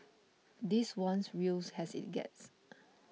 this one's real has it gets